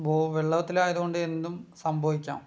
ഇപ്പോൾ വെള്ളത്തിൽ ആയത്കൊണ്ട് എന്തും സംഭവിക്കാം